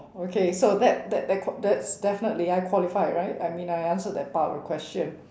okay so that that that que~ that's definitely I qualified right I mean I answered that part of the question